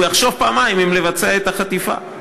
הוא יחשוב פעמיים אם לבצע את החטיפה.